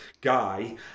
guy